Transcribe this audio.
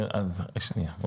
שנייה.